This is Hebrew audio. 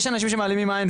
יש אנשים כמוך,